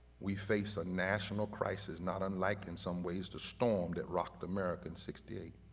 we face a national crisis not unlike in some ways to storm that rocked america in sixty eight,